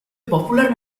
popular